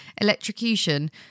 electrocution